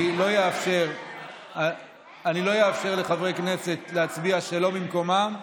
אני לא אאפשר לחברי כנסת להצביע שלא ממקומם,